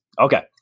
Okay